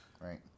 right